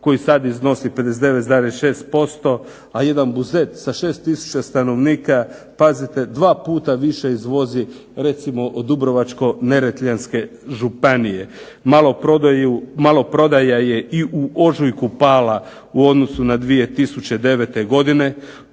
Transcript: koji sad iznosi 59,6% a jedan Buzet sa 6 tisuća stanovnika pazite dva puta više izvozi recimo od Dubrovačko-neretvanske županije. Maloprodaja je i u ožujku pala u odnosu na 2009. godinu.